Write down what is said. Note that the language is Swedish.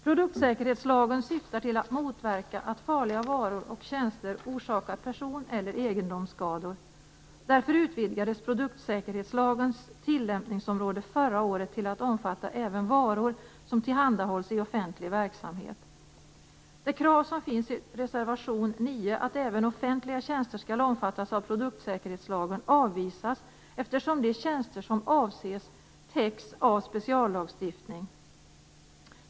Produktsäkerhetslagen syftar till att motverka att farliga varor och tjänster orsakar person eller egendomsskador. Därför utvidgades produktsäkerhetslagens tillämpningsområde förra året till att omfatta även varor som tillhandahålls i offentlig verksamhet. Det krav som finns i reservation 9, att även offentliga tjänster skall omfattas av produktsäkerhetslagen, avvisas eftersom de tjänster som avses täcks av speciallagstiftning.